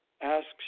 asks